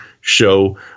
show